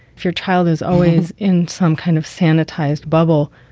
if your child is always in some kind of sanitized bubble,